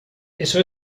eso